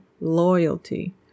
loyalty